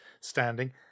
standing